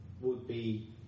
would-be